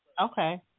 Okay